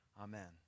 Amen